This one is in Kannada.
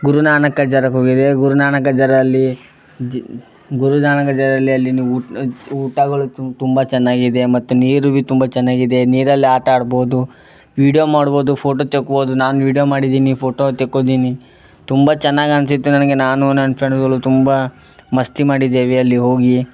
ಗುರುನಾನಕ್ ಜರಗ್ ಹೋಗಿದ್ದೇವೆ ಗುರುನಾನಕ್ ಜರಲ್ಲಿ ಜಿ ಗುರುನಾನಕ್ ಜರಲ್ಲಿ ಅಲ್ಲಿ ನೀವು ಊಟಗಳು ತುಂಬ ಚೆನ್ನಾಗಿದೆ ಮತ್ತು ನೀರು ಬಿ ತುಂಬ ಚೆನ್ನಾಗಿದೆ ನೀರಲ್ಲಿ ಆಟ ಆಡ್ಬೋದು ವೀಡ್ಯೋ ಮಾಡ್ಬೋದು ಫೋಟೋ ತೆಕ್ಕೋಬೋದು ನಾನು ವೀಡ್ಯೋ ಮಾಡಿದ್ದೀನಿ ಫೋಟೋ ತೆಕ್ಕೊಂದಿನಿ ತುಂಬ ಚೆನ್ನಾಗಿ ಅನಿಸಿತ್ತು ನನಗೆ ನಾನೂ ನನ್ನ ಫ್ರೆಂಡ್ಸ್ಗಳು ತುಂಬ ಮಸ್ತಿ ಮಾಡಿದ್ದೇವೆ ಅಲ್ಲಿ ಹೋಗಿ